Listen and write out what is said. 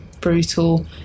brutal